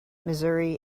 missouri